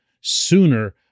sooner